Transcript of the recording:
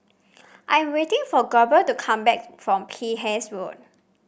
I am waiting for Goebel to come back from Penhas Road